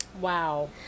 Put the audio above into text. Wow